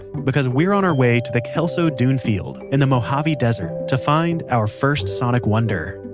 because we're on our way to the kelso dune field in the mojave desert to find our first sonic wonder